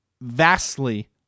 vastly